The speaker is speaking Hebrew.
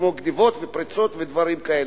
כמו גנבות ופריצות ודברים כאלה.